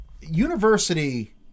University